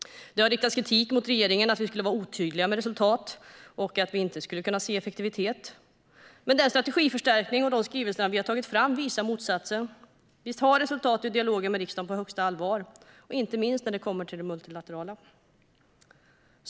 Det har riktats kritik mot regeringen för att vara otydlig med resultat och att vi inte skulle kunna se effektivitet. Den strategiförstärkning och de skrivelser vi har tagit fram visar dock motsatsen. Vi tar resultat och dialog med riksdagen på högsta allvar, inte minst när det kommer till det multilaterala.